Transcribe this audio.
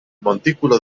montículo